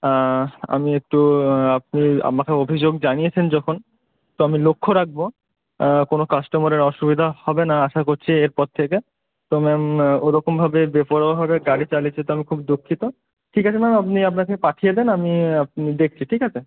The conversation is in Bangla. আমি একটু আপনি আমাকে অভিযোগ জানিয়েছেন যখন তো আমি লক্ষ্য রাখবো কোনো কাস্টমারের অসুবিধা হবে না আশা করছি এরপর থেকে তো ম্যাম ওরকমভাবে বেপরোয়াভাবে গাড়ি চালিয়েছে তো আমি খুব দুঃখিত ঠিক আছে ম্যাম আপনি আপনাকে পাঠিয়ে দেন আমি আপনি দেখছি ঠিক আছে